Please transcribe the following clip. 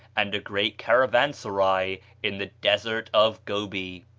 and a great caravansary in the desert of gobi.